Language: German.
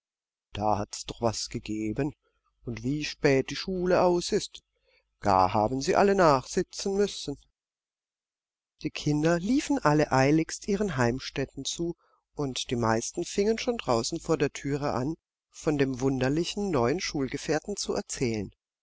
da hat's doch was gegeben und wie spät die schule aus ist gar haben sie alle nachsitzen müssen die kinder liefen alle eiligst ihren heimstätten zu und die meisten fingen schon draußen vor der türe an von dem wunderlichen neuen schulgefährten zu erzählen